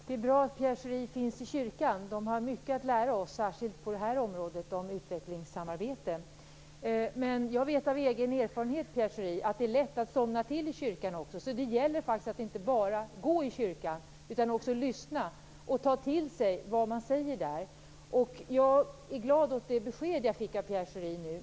Det är bra att Pierre Schori finns i kyrkan. Man har mycket att lära oss, särskilt på det här området, om utvecklingssamarbete. Men jag vet av egen erfarenhet, Pierre Schori, att det är lätt att somna till i kyrkan. Så det gäller faktiskt att inte bara gå i kyrkan, utan att också lyssna och ta till sig vad man säger där. Jag är glad åt det besked jag fick av Pierre Schori nu.